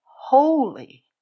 holy